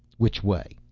which way?